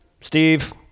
Steve